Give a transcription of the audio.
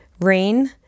Rain